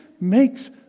makes